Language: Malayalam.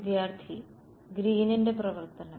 വിദ്യാർത്ഥി ഗ്രീനിന്റെ പ്രവർത്തനം